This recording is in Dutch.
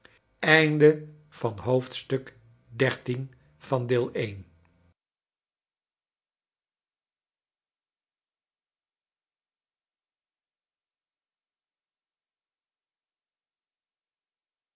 van het i